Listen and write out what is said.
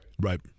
Right